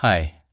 Hi